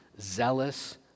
zealous